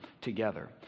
together